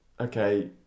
okay